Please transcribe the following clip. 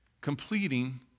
completing